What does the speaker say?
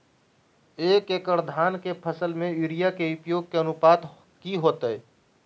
एक एकड़ धान के फसल में यूरिया के उपयोग के अनुपात की होतय?